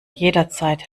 jederzeit